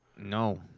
No